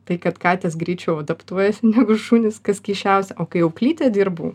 tai kad katės greičiau adaptuojasi negu šunys kas keisčiausia o kai auklyte dirbau